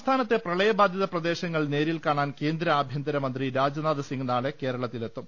സംസ്ഥാനത്തെ പ്രളയബാധിത പ്രദേശങ്ങൾ നേരിൽ കാണാൻ കേന്ദ്ര ആഭ്യന്തരമന്ത്രി രാജ്നാഥ്സിംഗ് നാളെ കേരള ത്തിലെത്തും